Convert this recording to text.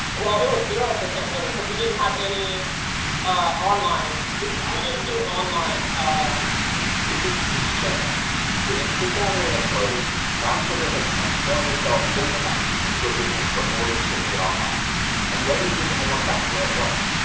well, it was zero percent really, because we didn't have any ah online. we we didn't do online at all it's a huge change with it. sit down. area closed. brown sugar has transformed itself overnight into a business where orders get made online and revenue is almost back to where it was.